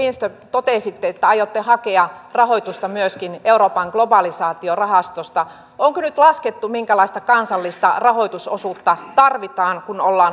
totesitte että aiotte hakea rahoitusta myöskin euroopan globalisaatiorahastosta onko nyt laskettu minkälaista kansallista rahoitusosuutta tarvitaan kun ollaan